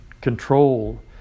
control